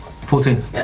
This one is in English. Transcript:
Fourteen